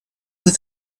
with